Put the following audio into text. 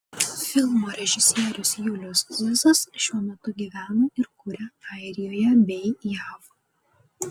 filmo režisierius julius zizas šiuo metu gyvena ir kuria airijoje bei jav